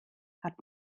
hat